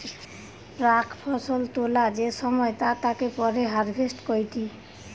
প্রাক ফসল তোলা যে সময় তা তাকে পরে হারভেস্ট কইটি